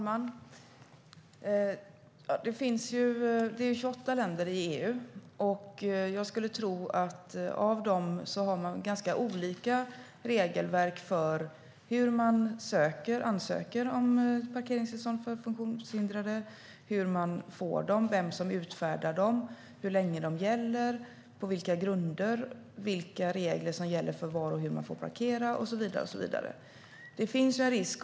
Herr talman! Det är 28 länder i EU. Jag skulle tro att de har ganska olika regelverk för hur man ansöker om ett parkeringstillstånd för funktionshindrade, hur man får dem, vem som utfärdar dem, hur länge de gäller och på vilka grunder, vilka regler som gäller för var och hur man får parkera och så vidare.